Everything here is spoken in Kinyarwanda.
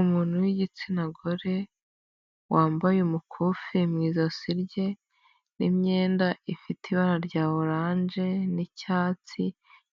Umuntu w'igitsina gore wambaye umukufi mu ijosi rye, n'imyenda ifite ibara rya oranje n'icyatsi,